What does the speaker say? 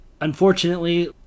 Unfortunately